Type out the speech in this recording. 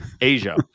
Asia